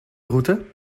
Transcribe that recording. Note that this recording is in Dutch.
route